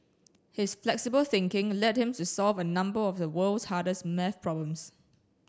his flexible thinking led him to solve a number of the world's hardest maths problems